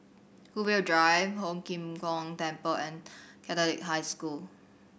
Brookvale Drive Ho Lim Kong Temple and Catholic High School